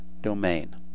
domain